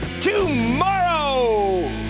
tomorrow